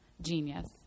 genius